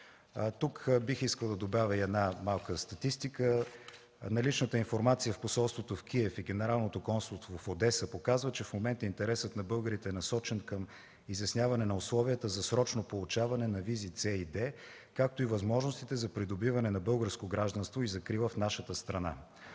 Тук бих искал да добавя и една малка статистика – наличната информация в посолството в Киев и Генералното консулство в Одеса показват, че в момента интересът на българите е насочен към изясняване на условията за срочно получаване на визи „С” и „Д”, както и възможностите за придобиване на българско гражданство и закрила в нашата страна.